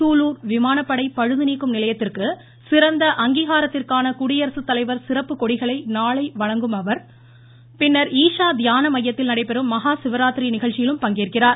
சூலூர் விமானப்படை பழுதுநீக்கும் நிலையத்திற்கு சிறந்த அங்கீகாரத்திற்கான குடியரசு தலைவர் சிறப்பு கொடிகளை நாளை வழங்கும் குடியரசுத் தலைவர் பின்னர் ஈஷா தியான மையத்தில் நடைபெறும் மஹா சிவராத்திரி நிகழ்ச்சியிலும் பங்கேற்கிறார்